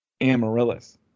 Amaryllis